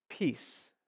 Peace